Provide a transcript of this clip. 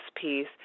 piece